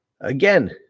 again